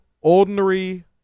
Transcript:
ordinary